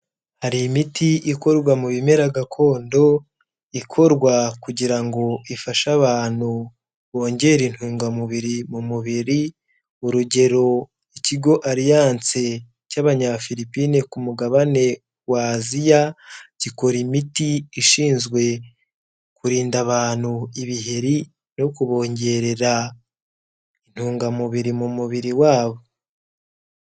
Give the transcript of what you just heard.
Hari imiti ikorwa mu bimera gakondo, ikorwa kugira ngo ifashe abantu bongere intungamubiri mu mubiri, urugero ikigo Ariyanse cy'Abanyafilipine ku mugabane wa Aziya, gikora imiti ishinzwe kurinda abantu ibiheri, no kubongerera intungamubiri mu mubiri wabo.